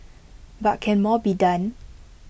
but can more be done